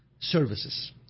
Services